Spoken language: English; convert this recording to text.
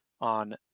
on